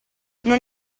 non